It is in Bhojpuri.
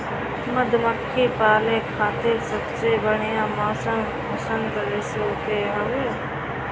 मधुमक्खी पाले खातिर सबसे बढ़िया मौसम वसंत ऋतू के हवे